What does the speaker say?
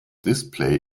display